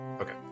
Okay